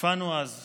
הופענו אז כולנו,